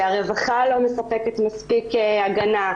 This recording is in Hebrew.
שהרווחה לא מספקת מספיק הגנה,